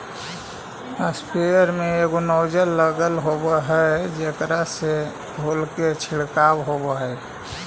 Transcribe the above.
sprayer में एगो nozzle लगल होवऽ हई जेकरा से धोल के छिडकाव होवऽ हई